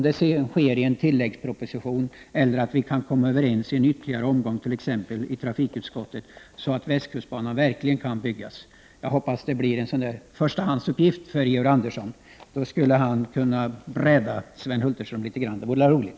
Det kan ske i en tilläggsproposition eller genom att vi vid en ytterligare diskussion i trafikutskottet kan komma överens, så att västkustbanan verkligen kan byggas. Jag hoppas att detta blir en förstahandsuppgift för Georg Andersson. Då skulle han kunna bräda Sven Hulterström. Det vore väl roligt!